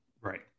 Right